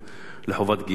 לחובת גיוס,